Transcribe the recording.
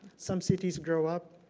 some cities grow up,